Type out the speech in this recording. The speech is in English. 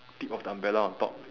tip of the umbrella on top